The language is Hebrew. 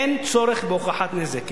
אין צורך בהוכחת נזק.